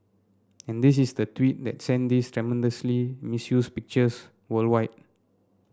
and this is the tweet that sent these tremendously misused pictures worldwide